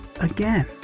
again